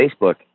Facebook